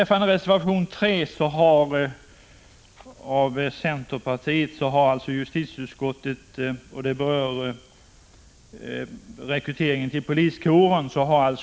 I reservation 3 av centerpartiets ledamöter i utskottet berörs rekryteringen till poliskåren.